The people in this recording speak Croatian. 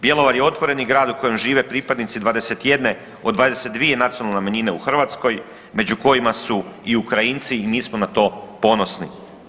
Bjelovar je otvoreni grad u kojem žive pripadnici 21 od 22 nacionalne manjine u Hrvatskoj među kojima su i Ukrajinci i mi smo na to ponosni.